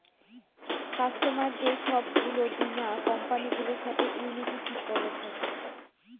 কাস্টমারদের সব গুলো বীমা কোম্পানি গুলোর সাথে ইউনিটি ঠিক করা থাকে